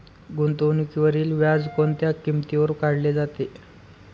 गुंतवणुकीवरील व्याज कोणत्या किमतीवर काढले जाते?